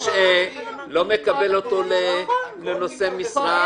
לא מקבל אותו לנושא משרה.